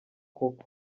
koko